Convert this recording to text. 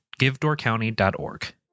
givedoorcounty.org